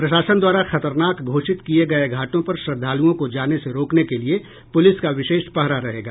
प्रशासन द्वारा खतरनाक घोषित किये गये घाटों पर श्रद्वालुओं को जाने से रोकने के लिए पुलिस का विशेष पहरा रहेगा